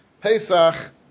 Pesach